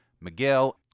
Miguel